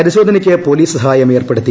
പരിശോധനയ്ക്ക് പോലീസ് സഹായം ഏർപ്പെടുത്തി